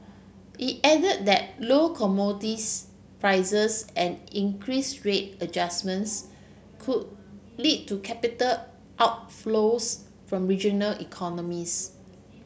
it added that low commodities prices and interest rate adjustments could lead to capital outflows from regional economies